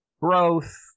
growth